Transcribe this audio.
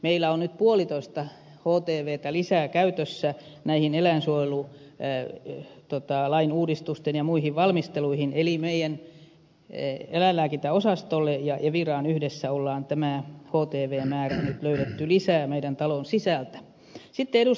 meillä on nyt puolitoista htvtä lisää käytössä eläinsuojelulain uudistusten valmisteluun ja muihin valmisteluihin eli eläinlääkintäosastolle ja eviraan yhdessä on tämä htv määrä nyt löydetty lisää meidän talon sisältä